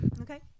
Okay